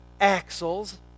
axles